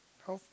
health